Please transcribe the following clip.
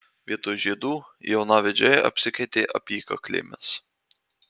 vietoj žiedų jaunavedžiai apsikeitė apykaklėmis